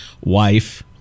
wife